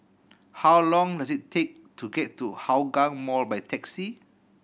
how long does it take to get to Hougang Mall by taxi